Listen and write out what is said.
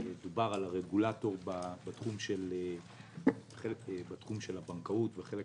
דובר על הרגולטור בתחום של הבנקאות ובחלק